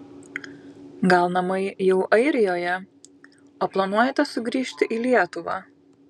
gal namai jau airijoje o planuojate sugrįžti į lietuvą